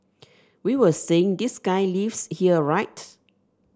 we were saying this guy lives here right